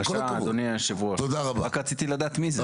בבקשה, אדוני יושב הראש, רק רציתי לדעת מי זה.